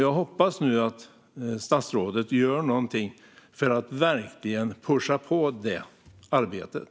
Jag hoppas nu att statsrådet gör något för att verkligen pusha på det arbetet.